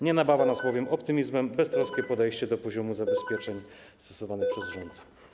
Nie napawa nas bowiem optymizmem beztroskie podejście do poziomu zabezpieczeń stosowanych przez rząd.